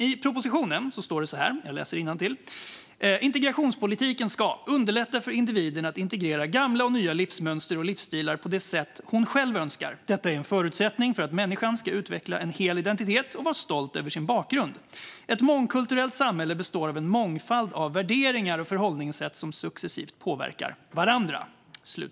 I propositionen står det att integrationspolitiken ska "underlätta för individen att integrera gamla och nya livsmönster och livsstilar på det sätt hon själv önskar" och att detta "är en förutsättning för att människan skall utveckla en hel identitet och vara stolt över sin bakgrund" samt att "ett mångkulturellt samhälle består av en mångfald värderingar och förhållningssätt som successivt påverkar varandra".